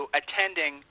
attending